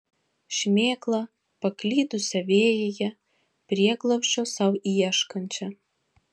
šmėklą paklydusią vėjyje prieglobsčio sau ieškančią